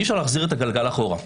אי אפשר להחזיר את הגלגל אחורה.